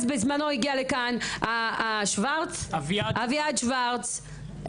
אז בזמנו הגיע לכאן אביעד שוורץ,